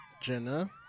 Jenna